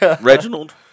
Reginald